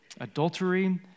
adultery